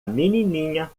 menininha